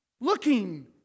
looking